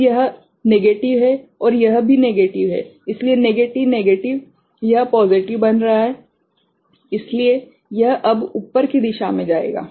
तो यह नेगेटिव है और यह भी नेगेटिव है इसलिए नेगेटिव नेगेटिव यह पॉज़िटिव बन रहा है इसलिए यह अब ऊपर की दिशा में जाएगा